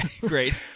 great